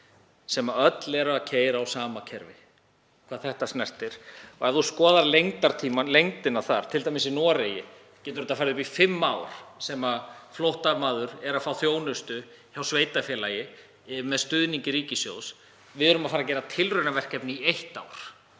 sem öll eru að keyra á sama kerfi hvað þetta snertir — ef þú skoðar tímalengdina þar, t.d. í Noregi, getur það farið upp í fimm ár sem flóttamaður er að fá þjónustu hjá sveitarfélagi með stuðningi ríkissjóðs. Við erum að fara að gera tilraunaverkefni í eitt ár.